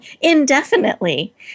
indefinitely